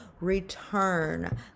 return